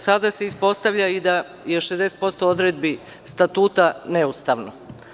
Sada se ispostavlja i da je 60% odredbi Statuta neustavno.